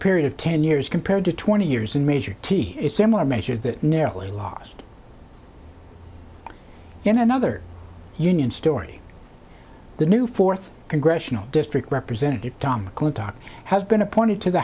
period of ten years compared to twenty years in measure t it's similar measure that nearly lost in another union story the new fourth congressional district representative tom mcclintock has been appointed to the